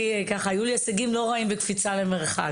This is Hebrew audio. ובבית הספר התיכון היו לי הישגים לא רעים בקפיצה למרחק.